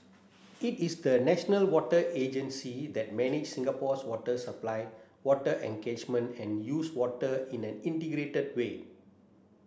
it is the national water agency that manage Singapore's water supply water and catchment and used water in an integrated way